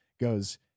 goes